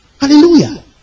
Hallelujah